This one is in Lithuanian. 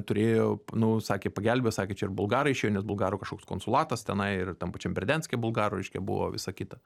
turėjo nu sakė pagelbės sakė čia ir bulgarai išėjo nes bulgarų kažkoks konsulatas tenai ir tam pačiam berdianske bulgarų reiškia buvo visa kita